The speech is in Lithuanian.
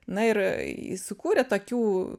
na ir jis sukūrė tokių